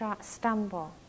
stumble